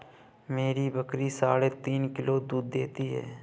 मेरी बकरी साढ़े तीन किलो दूध देती है